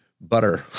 butter